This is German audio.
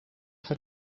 hat